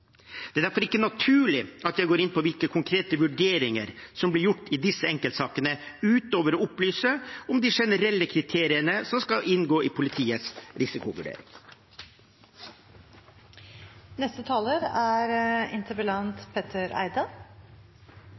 Det er derfor ikke naturlig at jeg går inn på hvilke konkrete vurderinger som ble gjort i disse enkeltsakene, utover å opplyse om de generelle kriteriene som skal inngå i politiets risikovurdering. Takk for svaret til justisministeren. Jeg er